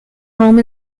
home